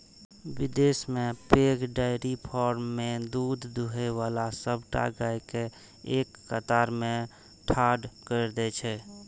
विदेश मे पैघ डेयरी फार्म मे दूध दुहै बला सबटा गाय कें एक कतार मे ठाढ़ कैर दै छै